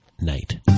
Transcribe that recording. night